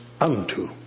Unto